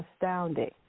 Astounding